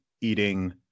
eating